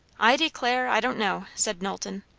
i declare, i don't know! said knowlton.